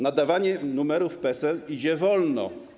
Nadawanie numerów PESEL idzie wolno.